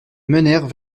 menèrent